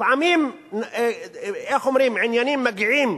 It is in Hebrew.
לפעמים עניינים מגיעים